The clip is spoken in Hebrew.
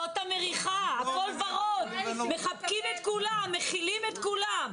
הכול ורוד, מחבקים את כולם, מכילים את כולם.